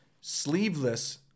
sleeveless